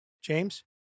James